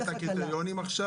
אתה משנה אה הקריטריונים עכשיו?